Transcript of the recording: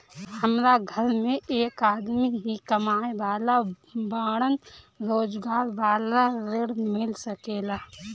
हमरा घर में एक आदमी ही कमाए वाला बाड़न रोजगार वाला ऋण मिल सके ला?